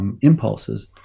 impulses